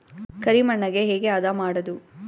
ಕರಿ ಮಣ್ಣಗೆ ಹೇಗೆ ಹದಾ ಮಾಡುದು?